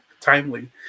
timely